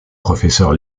professeur